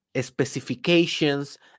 specifications